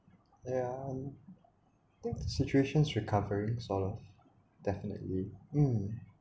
yeah I think the situations recovering sort of definitely mm